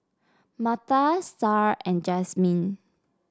Martha Starr and Jazmin